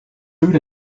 food